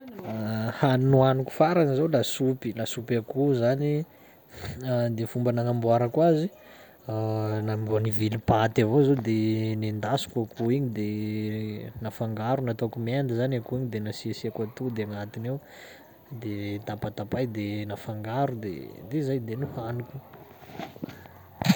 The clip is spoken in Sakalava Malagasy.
Hany nohoaniko farany zao lasopy- lasopy akoho zany de fomba nagnamborako azy namboa- nivily paty avao za de nendasiko akoho igny de nafangaro, nataoko mendy zany akoho igny de nasiasiako atody agnatiny ao, de tapatapay de nafangaro de de zay de nohaniko.